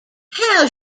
how